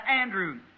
Andrew